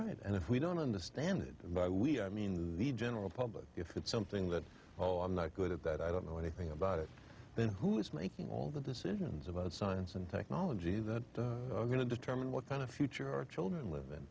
right and if we don't understand by we i mean the general public if it's something that oh i'm not good at that i don't know anything about it then who is making all the decisions about science and technology that are going to determine what kind of future our children liv